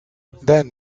then